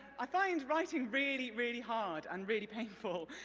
i find writing really, really hard and really painful.